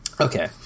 Okay